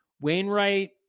Wainwright